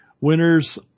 winners